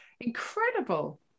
incredible